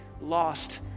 lost